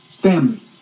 family